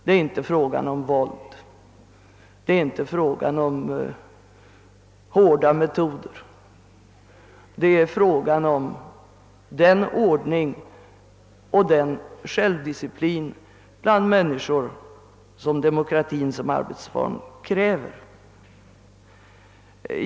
Det är inte fråga om våld, det är inte fråga om hårda metoder, utan det är fråga om den ordning och den självdisciplin bland människor som demokratin som arbetsform kräver.